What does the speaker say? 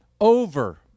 over